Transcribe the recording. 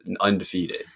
undefeated